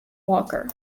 walker